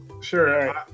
Sure